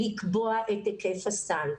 לקבוע את היקף הסל.